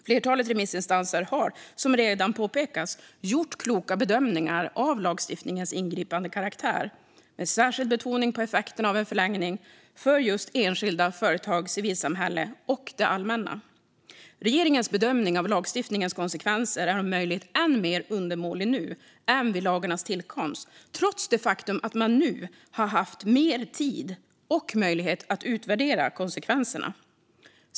Flertalet remissinstanser har, som redan påpekats, gjort kloka bedömningar av lagstiftningens ingripande karaktär med särskild betoning på effekterna av en förlängning för enskilda, företag, civilsamhälle och det allmänna. Regeringens bedömning av lagstiftningens konsekvenser är om möjligt än mer undermålig nu än vid lagarnas tillkomst, trots det faktum att man nu har haft mer tid och möjlighet att utvärdera konsekvenserna.